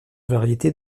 variétés